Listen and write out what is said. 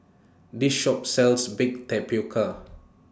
This Shop sells Baked Tapioca